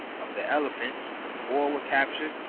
of the ele phants four were captured,